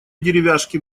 деревяшки